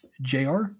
jr